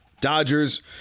Dodgers